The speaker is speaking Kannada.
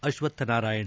ಅಶ್ವಥನಾರಾಯಣ